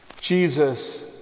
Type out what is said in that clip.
Jesus